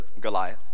Goliath